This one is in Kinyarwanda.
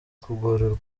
kugororwa